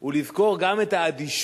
הוא לזכור גם את האדישות,